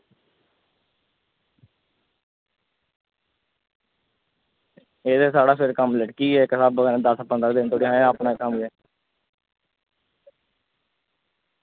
एह् साढ़ा सारा कम्म लटकी आ ते इस स्हाबै दा दस्स पंदरां दिन अपने स्हाबै दा